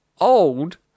old